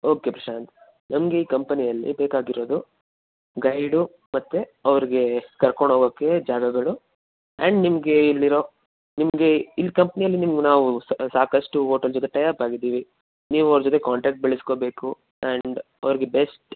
okay Prashanth ನಮ್ಗೆ ಈ ಕಂಪೆನಿಯಲ್ಲಿ ಬೇಕಾಗಿರೋದು ಗೈಡು ಮತ್ತು ಅವ್ರಿಗೆ ಕರ್ಕೊಂಡೋಗೋಕೆ ಜಾಗಗಳು ಆ್ಯಂಡ್ ನಿಮಗೆ ಇಲ್ಲಿರೊ ನಿಮಗೆ ಇಲ್ಲಿ ಕಂಪ್ನಿಯಲ್ಲಿ ನಿಮ್ಗೆ ನಾವು ಸಾಕಷ್ಟು ಓಟಲ್ ಜೊತೆ ಟೈ ಅಪ್ ಆಗಿದ್ದೀವಿ ನೀವು ಅವರ ಜೊತೆ ಕಾಂಟ್ಯಾಕ್ಟ್ ಬೆಳೆಸ್ಕೊಬೇಕು ಆ್ಯಂಡ್ ಅವ್ರಿಗೆ ಬೆಸ್ಟ್